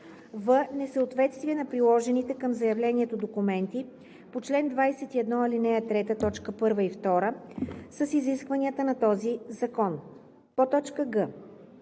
в) несъответствие на приложените към заявлението документи по чл. 21, ал. 3, т, 1 и 2 с изискванията на този закон;